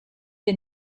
wir